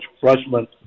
freshman